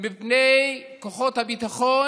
מפני כוחות הביטחון.